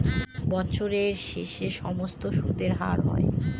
বছরের শেষে সমস্ত সুদের হার হয়